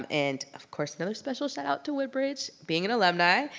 um and of course, another special shout out to woodbridge being an alumni,